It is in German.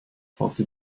fragte